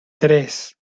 tres